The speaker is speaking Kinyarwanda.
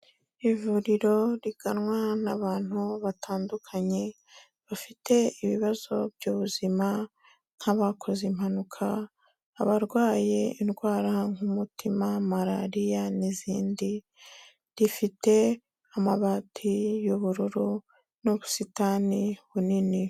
Ivuriro riganwa n'abantu batandukanye bafite ibibazo by'ubuzima, nk'abakoze impanuka, abarwaye indwara nk'umutima, Malariya n'izindi, rifite amabati y'ubururu n'ubusitani bunini.